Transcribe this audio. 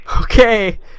Okay